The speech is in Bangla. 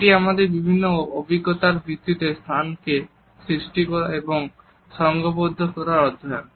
এটি আমাদের বিভিন্ন অভিজ্ঞতার ভিত্তিতে স্থানকে সৃষ্টি করা এবং সংগবদ্ধ করার অধ্যায়ন